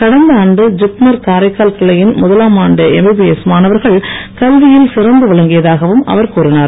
கடந்த ஆண்டு திப்மர் காரைக்கால் கிளையின் முதலாமாண்டு எம்பிபிஎஸ் மாணவர்கள் கல்வியில் சிறந்து விளங்கியதாகவும் அவர் கூறினார்